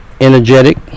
energetic